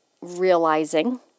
realizing